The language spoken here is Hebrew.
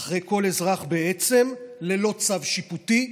אחרי כל אזרח בעצם ללא צו שיפוטי.